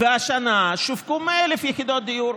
השנה שווקו 100,000 יחידות דיור.